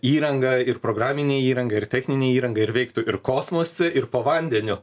įranga ir programinė įranga ir techninė įranga ir veiktų ir kosmose ir po vandeniu